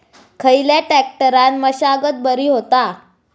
खयल्या ट्रॅक्टरान मशागत बरी होता?